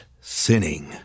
sinning